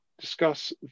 discuss